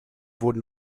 wurden